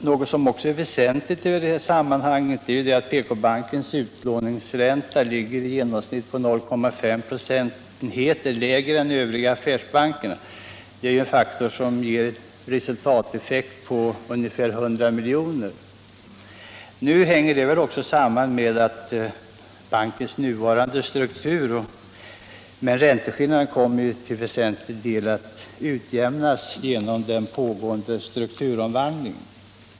Något som också är väsentligt i det sammanhanget är att PK-bankens utlåningsränta i genomsnitt ligger 0,5 procentenheter lägre än de övriga affärsbankernas. Det är ett faktum som ger en resultateffekt på ungefär 100 miljoner. Det hänger samman med bankens nuvarande struktur, men ränteskillnaden kommer till väsentlig del att utjämnas genom den pågående strukturomvandlingen.